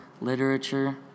literature